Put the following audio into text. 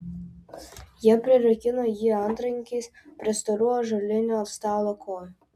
jie prirakino jį antrankiais prie storų ąžuolinio stalo kojų